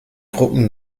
truppen